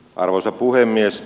arvoisa puhemies